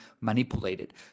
manipulated